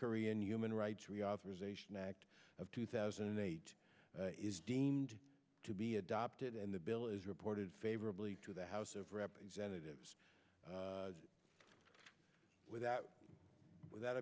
korean human rights reauthorization act of two thousand and eight is deemed to be adopted and the bill is reported favorably to the house of representatives without